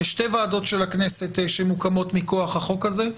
יש שתי ועדות של הכנסת שמוקמות מכוח החוק הזה,